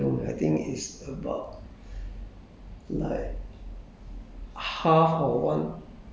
but but but 我的 room 我的 room 是一个很小的 room I think it's about